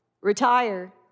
retire